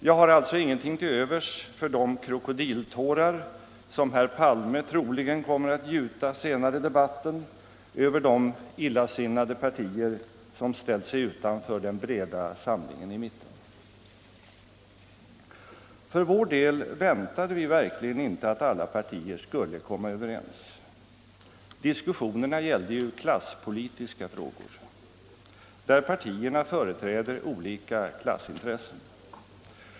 Jag har alltså ingenting till övers för de krokodiltårar som herr Palme troligen kommer att gjuta senare i debatten över de illasinnade partier som ställt sig utanför den breda samlingen i mitten. För vår del väntade vi verkligen inte att alla partier skulle komma överens. Diskussionerna gällde ju klasspolitiska frågor, där partierna företräder olika klassintressen.